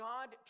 God